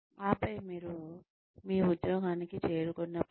ఆపై మీరు మీ ఉద్యోగానికి చేరుకున్నప్పుడు